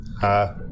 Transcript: Hi